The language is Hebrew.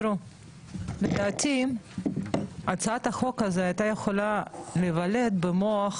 לדעתי הצעת החוק הזו הייתה יכולה להיוולד במוח